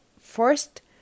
first